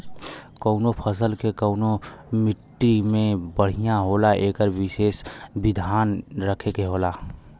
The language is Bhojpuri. कउनो फसल के कउने मट्टी में बढ़िया होला एकर विसेस धियान रखे के होला